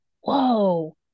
Whoa